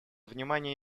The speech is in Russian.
внимание